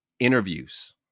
interviews